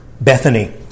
Bethany